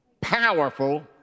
powerful